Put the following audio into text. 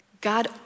God